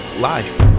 life